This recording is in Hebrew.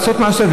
לעשות מעשה,